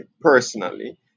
personally